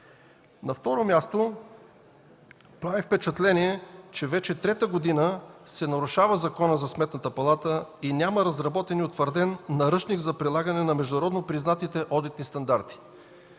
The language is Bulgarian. На второ място, прави впечатление, че вече трета година се нарушава Законът за Сметната палата – няма разработен и утвърден Наръчник за прилагане на международно признатите одитни стандарти.